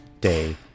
day